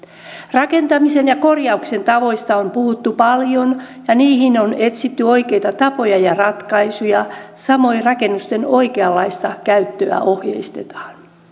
rakentamisen ja korjauksen tavoista on puhuttu paljon ja niihin on etsitty oikeita tapoja ja ratkaisuja samoin rakennusten oikeanlaista käyttöä ohjeistetaan